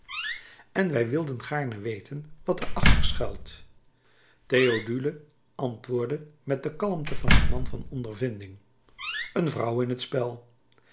en wij wilden gaarne weten wat er achter schuilt théodule antwoordde met de kalmte van een man van ondervinding een vrouw in t spel